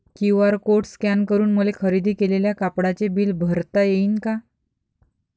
QR code scan करून मले खरेदी केलेल्या कापडाचे बिल भरता यीन का?